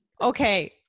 Okay